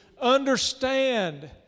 understand